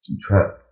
trap